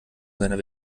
seiner